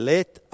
Let